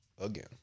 again